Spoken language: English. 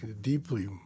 deeply